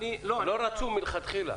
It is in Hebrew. לא רצו מלכתחילה.